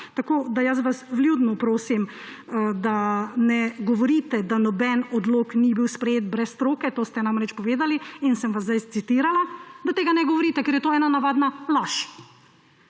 Tako vas vljudno prosim, da ne govorite, da noben odlok ni bil sprejet brez stroke. To ste namreč povedali in sem vas zdaj citirala, da tega ne govorite, ker je to ena navadna laž.